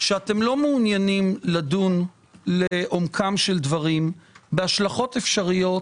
שאינכם מעוניינים לדון לעומקם של דברים בהשלכות אפשריות